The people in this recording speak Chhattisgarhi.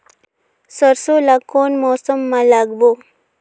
सरसो ला कोन मौसम मा लागबो?